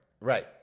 Right